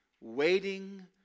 Waiting